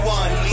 one